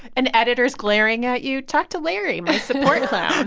an editor's glaring at you. talk to larry, my support clown